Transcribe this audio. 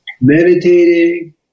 Meditating